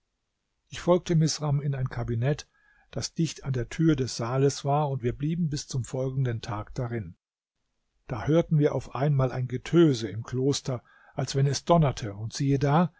ich folgte misram in ein kabinett das dicht an der tür des saales war und wir blieben bis zum folgenden tag darin da hörten wir auf einmal ein getöse im kloster als wenn es donnerte und siehe da